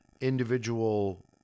individual